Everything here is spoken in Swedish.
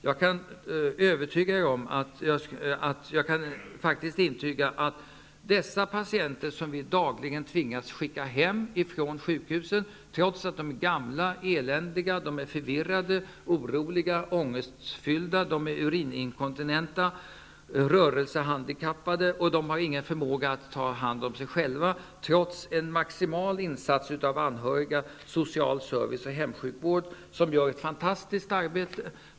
Jag kan intyga att vi dagligen tvingas skicka hem patienter från sjukhusen trots att de är gamla, eländiga, förvirrade, oroliga, ångestfyllda, urininkontinenta, rörelsehandikappade. De har ingen förmåga att klara sig trots en maximal insats från anhöriga, social service och hemsjukvård, som gör ett fantastiskt arbete.